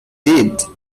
did